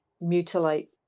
mutilate